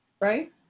right